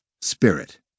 spirit